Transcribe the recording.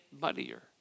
muddier